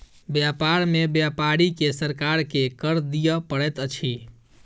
व्यापार में व्यापारी के सरकार के कर दिअ पड़ैत अछि